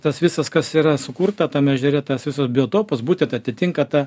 tas visas kas yra sukurta tam ežere tas visas biotopas būtent atitinka tą